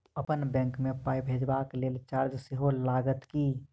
अप्पन बैंक मे पाई भेजबाक लेल चार्ज सेहो लागत की?